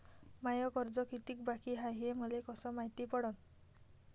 माय कर्ज कितीक बाकी हाय, हे मले कस मायती पडन?